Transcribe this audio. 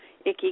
icky